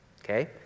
Okay